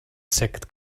sekt